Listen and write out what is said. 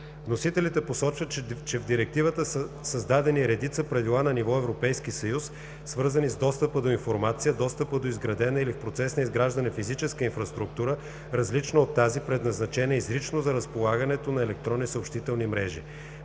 Вносителите посочват, че в Директивата са създадени редица правила на ниво Европейски съюз, свързани с достъпа до информация, достъпа до изградена или в процес на изграждане физическа инфраструктура, различна от тази, предназначена изрично за разполагането на електронни съобщителни мрежи.